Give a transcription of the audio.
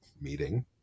meeting